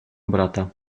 brata